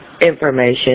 information